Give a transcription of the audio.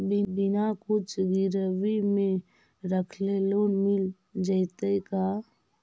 बिना कुछ गिरवी मे रखले लोन मिल जैतै का?